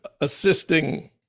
assisting